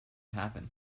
happen